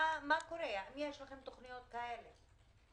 האם יש לכם תכניות כאלו?